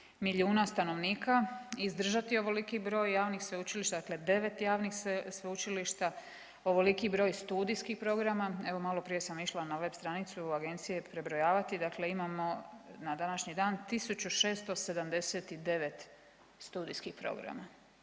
milijuna stanovnika izdržati ovoliki broj javnih sveučilišta. Dakle, 9 javnih sveučilišta, ovoliki broj studijskih programa. Evo malo prije sam išla na web stranicu agencije prebrojavati. Dakle, imamo na današnji dan 1679 studijskih programa.